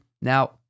Now